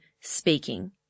speaking